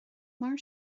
mar